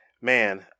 Man